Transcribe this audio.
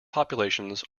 populations